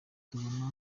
tubona